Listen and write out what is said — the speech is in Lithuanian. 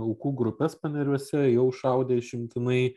aukų grupes paneriuose jau šaudė išimtinai